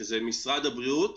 שזה משרד הבריאות,